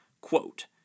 Quote